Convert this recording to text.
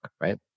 right